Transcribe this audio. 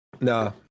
no